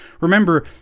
Remember